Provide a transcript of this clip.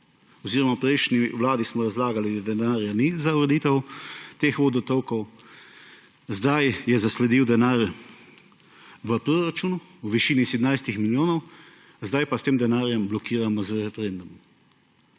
oziroma v prejšnji vladi smo razlagali, da denarja ni za ureditev teh vodotokov, sedaj je zasledil denar v proračun v višini 17 milijonov, sedaj pa ta denar blokiramo z referendumom.